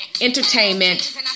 Entertainment